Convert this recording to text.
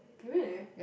really